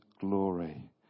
glory